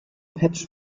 patch